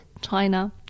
China